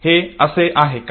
हे असे आहे का